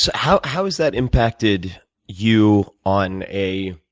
so how how has that impacted you on a